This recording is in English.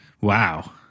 Wow